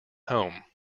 home